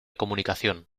comunicación